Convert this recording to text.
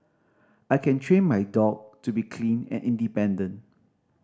I can train my dog to be clean and independent